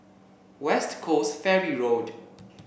West Coast Ferry Road